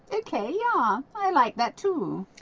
ok, yeah i liked that too.